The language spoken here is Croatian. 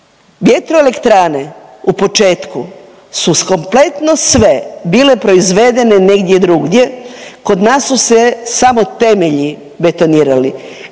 Vjetroelektrane u početku su kompletno sve bile proizvedene negdje drugdje kod nas su se samo temelji betonirali.